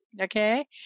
Okay